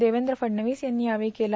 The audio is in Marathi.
देवेंद्र फडणवीस यांनी यावेळी केला